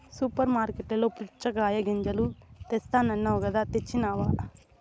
super మార్కట్లలో పుచ్చగాయ గింజలు తెస్తానన్నావ్ కదా తెచ్చినావ